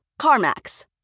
CarMax